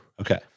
Okay